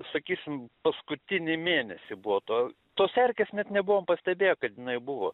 sakysim paskutinį mėnesį buvo to tos erkės net nebuvom pastebėję kad jinai buvo